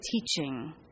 teaching